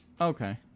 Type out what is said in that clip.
okay